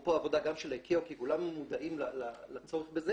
ואפרופו העבודה גם של ה-ICAO כי כולנו מודעים לצורך בזה